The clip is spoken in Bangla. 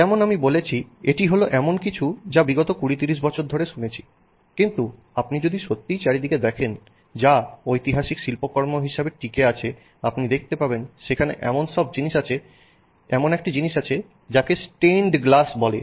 যেমন আমি বলেছি এটি হলো এমন কিছু যা আমরা বিগত 20 30 বছর ধরে শুনছি কিন্তু আপনি যদি সত্যিই চারিদিকে দেখেন যা ঐতিহাসিক শিল্পকর্ম হিসাবে টিকে আছে আপনি দেখতে পাবেন সেখানে এমন একটি জিনিস আছে যাকে স্টেনড গ্লাস বলে